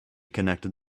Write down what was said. connected